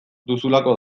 duzulako